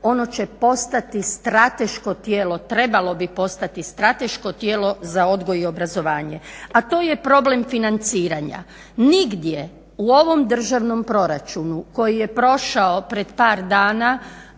ono će postati strateško tijelo, trebalo bi postati strateško tijelo za odgoj i obrazovanje. A to je problem financiranja. Nigdje u ovom Državnom proračunu koji je prošao pred par dana